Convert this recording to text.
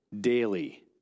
daily